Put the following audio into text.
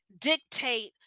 dictate